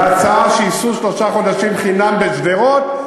להצעה שייסעו שלושה חודשים חינם בשדרות,